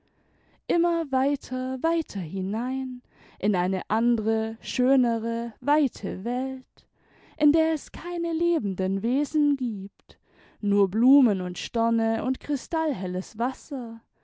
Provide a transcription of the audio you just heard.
immer weiter weiter hinein in eine andere schönere weite welt in der es keine lebenden wesen gibt nur blumen und sterne und kristallhelles wasser